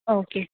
okay